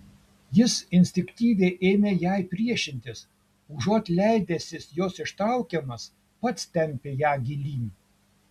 jis instinktyviai ėmė jai priešintis užuot leidęsis jos ištraukiamas pats tempė ją gilyn